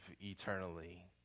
eternally